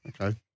okay